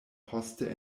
poste